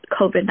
COVID